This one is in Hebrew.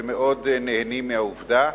ומאוד נהנים מהעובדה,